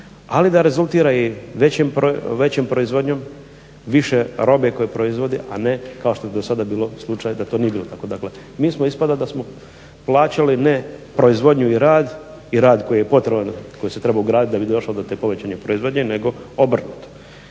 ali da rezultira i većom proizvodnje, više robe koje proizvodi a ne kao što je do sada bilo slučaj da to nije bilo tako. Dakle mi smo ispada da smo plaćali ne proizvodnju i rad i rad koji je potreban koji se trebao ugraditi da bi došlo do te povećane proizvodnje nego obrnuto.